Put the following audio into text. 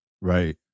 Right